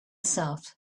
south